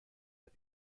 are